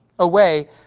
away